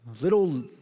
little